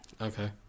Okay